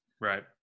Right